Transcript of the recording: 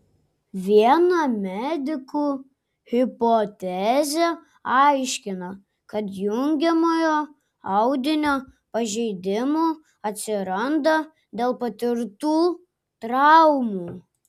viena medikų hipotezė aiškina kad jungiamojo audinio pažeidimų atsiranda dėl patirtų traumų